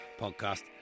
podcast